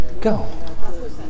go